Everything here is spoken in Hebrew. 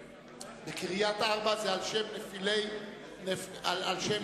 קריית-ארבע זה על שם נפילי ארץ-ישראל.